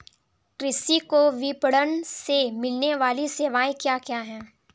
कृषि को विपणन से मिलने वाली सेवाएँ क्या क्या है